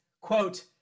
quote